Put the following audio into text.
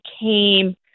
came